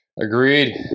agreed